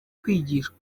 kwigishwa